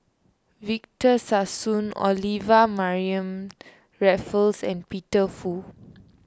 Victor Sassoon Olivia Mariamne Raffles and Peter Fu